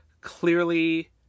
clearly